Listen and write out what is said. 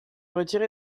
retiré